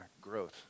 growth